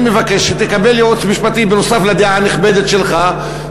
אני מבקש שתקבל ייעוץ משפטי בנוסף לדעה הנכבדת שלך,